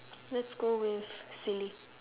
let's go with silly